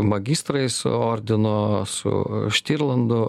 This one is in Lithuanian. magistrais ordino su štirlandu